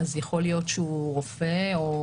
יכול להיות שהוא רופא או